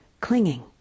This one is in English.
clinging